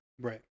right